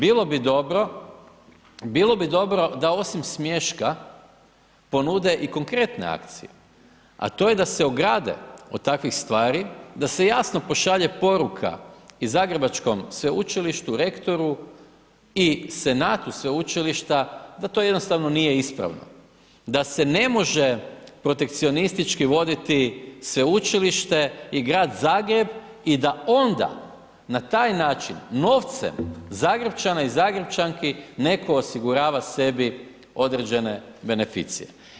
Bilo bi dobro, bilo bi dobro, bilo bi dobro da osim smješka ponude i konkretne akcije, a to je da se ograde od takvih stvari, da se jasno pošalje poruka, i zagrebačkom sveučilištu, rektoru, i senatu sveučilišta da to jednostavno nije ispravno, da se ne može protekcionistički voditi sveučilište i Grad Zagreb, i da onda na taj način novcem Zagrepčana i Zagrepčanki netko osigurava sebi određene beneficije.